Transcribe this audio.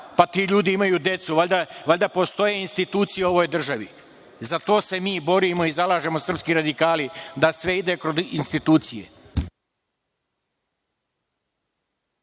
Ti ljudi imaju decu, valjda postoje institucije u ovoj državi. Za to se mi borimo i zalažemo srpski radikali, da sve ide kroz institucije.